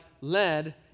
lead